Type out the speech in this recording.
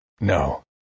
No